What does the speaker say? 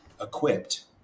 equipped